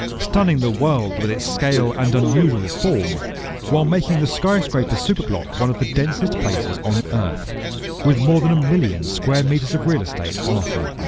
stunning the world with its scale and unusual form while making the skyscraper superblock one of the densest places on earth with more than a million square metres of real estate on offer.